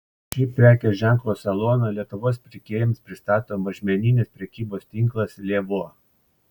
šį prekės ženklo saloną lietuvos pirkėjams pristato mažmeninės prekybos tinklas lėvuo